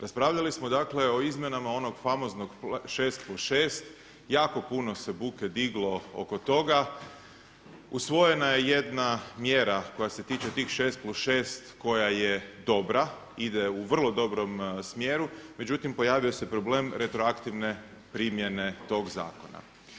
Raspravljali smo dakle o Izmjenama onog famoznog 6+6, jako puno se buke diglo oko toga, usvojena je jedna mjera koja se tiče tih 6+6 koja je dobra, ide u vrlo dobrom smjeru, međutim pojavio se problem retroaktivne primjene tog zakona.